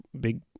big